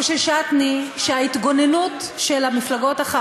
חוששתני שההתגוננות של המפלגות החרדיות,